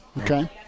Okay